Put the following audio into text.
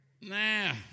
Nah